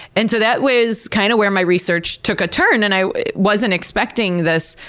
and so that was kind of where my research took a turn, and i wasn't expecting this.